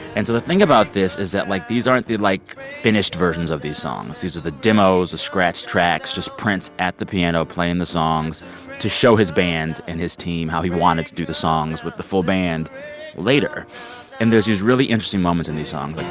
and so the thing about this is that, like, these aren't the, like, finished versions of these songs these are the demos, the scratch tracks just prince at the piano playing the songs to show his band and his team how he wanted to do the songs with the full band later and there's these really interesting moments in these songs. like,